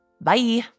Bye